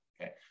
Okay